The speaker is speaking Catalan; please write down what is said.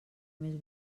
més